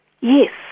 yes